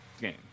game